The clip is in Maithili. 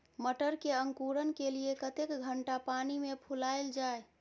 मटर के अंकुरण के लिए कतेक घंटा पानी मे फुलाईल जाय?